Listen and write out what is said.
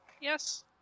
Yes